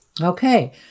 Okay